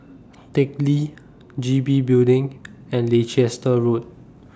Teck Lee G B Building and Leicester Road